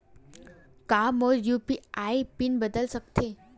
का मोर UPI pin बदल सकथे?